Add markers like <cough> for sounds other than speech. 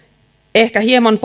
ehkä hieman <unintelligible>